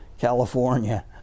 California